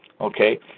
Okay